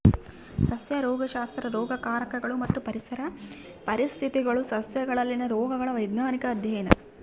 ಸಸ್ಯ ರೋಗಶಾಸ್ತ್ರ ರೋಗಕಾರಕಗಳು ಮತ್ತು ಪರಿಸರ ಪರಿಸ್ಥಿತಿಗುಳು ಸಸ್ಯಗಳಲ್ಲಿನ ರೋಗಗಳ ವೈಜ್ಞಾನಿಕ ಅಧ್ಯಯನ